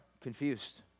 confused